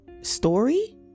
story